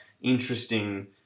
interesting